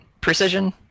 precision